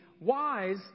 wise